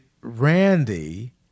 Randy